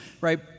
right